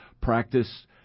practice